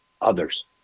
others